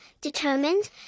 determined